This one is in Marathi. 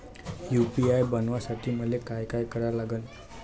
यू.पी.आय बनवासाठी मले काय करा लागन?